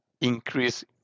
increase